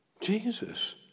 Jesus